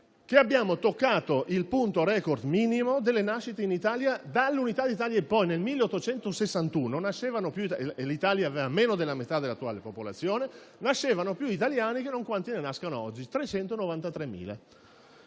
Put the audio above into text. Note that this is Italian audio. abbiamo toccato il punto *record* minimo delle nascite in Italia dall'Unità d'Italia in poi. Nel 1861, quando l'Italia aveva meno della metà dell'attuale popolazione, nascevano più italiani di quanti non ne nascano oggi (393.000).